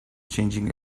changing